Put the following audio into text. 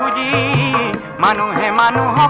a mano a mano